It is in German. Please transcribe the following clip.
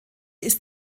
ist